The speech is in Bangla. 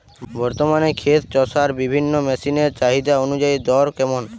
বর্তমানে ক্ষেত চষার বিভিন্ন মেশিন এর চাহিদা অনুযায়ী দর কেমন?